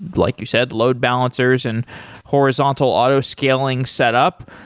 like you said, load balancers and horizontal auto scaling set up.